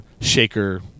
shaker